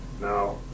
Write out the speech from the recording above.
Now